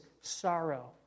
sorrow